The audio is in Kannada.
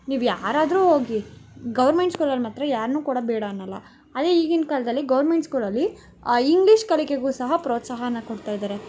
ನೀವು ಯಾರಾದ್ರೂ ಹೋಗಿ ಗೌರ್ಮೆಂಟ್ ಸ್ಕೂಲಲ್ಲಿ ಮಾತ್ರ ಯಾರನ್ನೂ ಕೂಡ ಬೇಡ ಅನ್ನಲ್ಲ ಅದೇ ಈಗಿನ ಕಾಲದಲ್ಲಿ ಗೌರ್ಮೆಂಟ್ ಸ್ಕೂಲಲ್ಲಿ ಇಂಗ್ಲೀಷ್ ಕಲಿಕೆಗೂ ಸಹ ಪ್ರೋತ್ಸಾಹನ ಕೊಡ್ತಾಯಿದಾರೆ